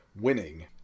winning